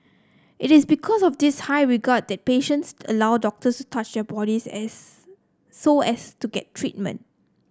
it is because of this high regard that patients allow doctors to touch their bodies as so as to get treatment